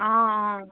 অঁ অঁ